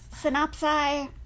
Synopsis